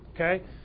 okay